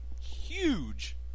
huge